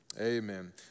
Amen